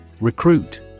Recruit